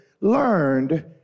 learned